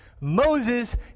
Moses